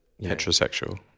Heterosexual